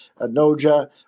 Anoja